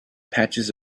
patches